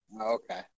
Okay